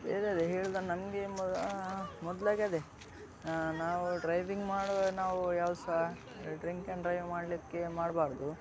ಬೇರೆ ಅದೆ ಹೇಳಿದ ನಮಗೆ ಮೊದಲಾಗದೆ ನಾವು ಡ್ರೈವಿಂಗ್ ಮಾಡುವಾಗ ನಾವು ಯಾವ್ದು ಸಹ ಡ್ರಿಂಕ್ ಆ್ಯಂಡ್ ಡ್ರೈವ್ ಮಾಡಲಿಕ್ಕೆ ಮಾಡಬಾರ್ದು